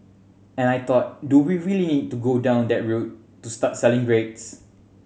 and I thought do we really to go down their route to start selling grades